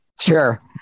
sure